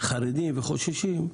חרדים וחוששים,